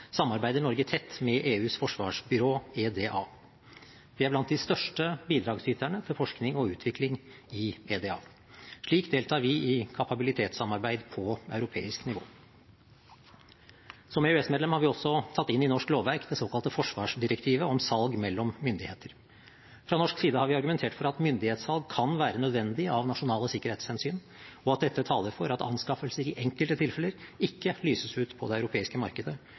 samarbeider Norge tett med EUs forsvarsbyrå, EDA. Vi er blant de største bidragsyterne til forskning og utvikling i EDA. Slik deltar vi i kapabilitetssamarbeid på europeisk nivå. Som EØS-medlem har vi også tatt inn i norsk lovverk det såkalte forsvarsdirektivet om salg mellom myndigheter. Fra norsk side har vi argumentert for at myndighetssalg kan være nødvendig av nasjonale sikkerhetshensyn, og at dette taler for at anskaffelser i enkelte tilfeller ikke lyses ut på det europeiske markedet,